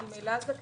הם ממילא זכאים